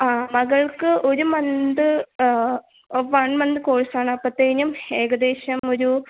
ആ മകൾക്ക് ഒരു മന്ത് വൺ മന്ത് കോഴ്സ് ആണ് അപ്പോഴത്തേനും ഏകദേശം ഒരു